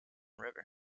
river